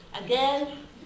Again